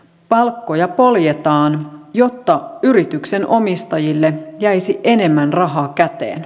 palkkoja poljetaan jotta yrityksen omistajille jäisi enemmän rahaa käteen